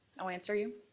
i'll answer you.